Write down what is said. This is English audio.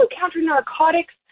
counter-narcotics